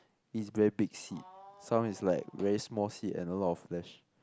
is very big seed some is like very small seed and a lot of flesh